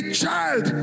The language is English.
child